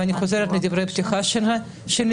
ואני חוזרת לדברי הפתיחה שלי,